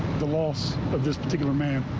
the loss of this particular man.